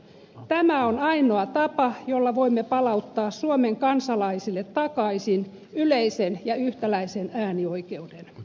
tämä on ainoa tapa jolla voimme palauttaa suomen kansalaisille takaisin yleisen ja yhtäläisen äänioikeuden